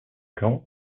camp